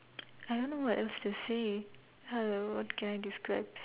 I don't know what else to say hello what can I describe